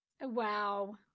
Wow